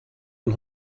man